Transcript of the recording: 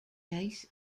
cases